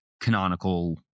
canonical